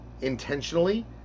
intentionally